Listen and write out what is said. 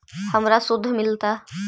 हमरा शुद्ध मिलता?